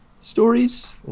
stories